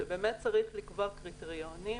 שבאמת צריך לקבוע קריטריונים,